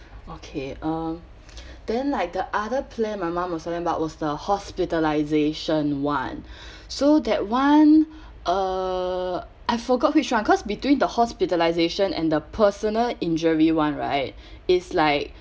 okay uh then like the other plan my mom was telling about was the hospitalisation [one] so that one uh I forgot which one cause between the hospitalisation and the personal injury [one] right is like